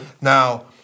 Now